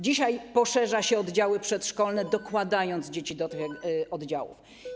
Dzisiaj poszerza się oddziały przedszkolne, dokładając dzieci do tych oddziałów.